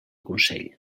consell